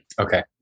Okay